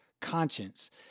conscience